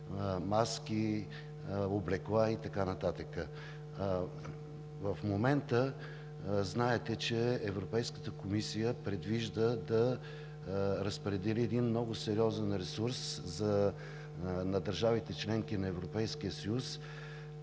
маски, облекла и така нататък. В момента, знаете, че Европейската комисия предвижда да разпредели един много сериозен ресурс на държавите – членки на Европейския съюз,